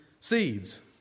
seeds